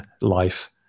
life